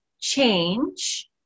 change